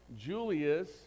Julius